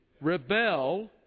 Rebel